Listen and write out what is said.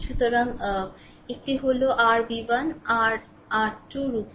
সুতরাং একটি হল r v1 r 2 উপর